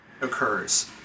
occurs